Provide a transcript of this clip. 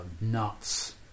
Nuts